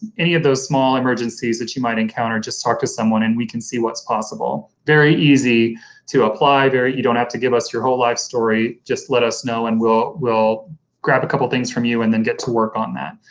any of those small emergencies that you might encounter, just talk to someone and we can see what's possible. very easy to apply, very, you don't have to give us your whole life story just let us know and we'll we'll grab a couple things from you and then get to work on that.